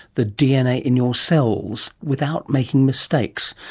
the dna in your cells, without making mistakes?